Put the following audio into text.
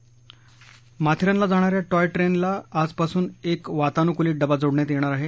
नेरळहून माथेरानला जाणाऱ्या टॉय ट्रेनला आजपासून एक वातानुकूलित डबा जोडण्यात येणार आहे